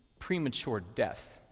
premature death.